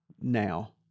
now